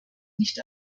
nicht